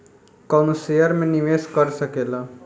कवनो शेयर मे निवेश कर सकेल